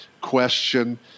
question